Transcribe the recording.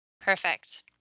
Perfect